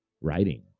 writing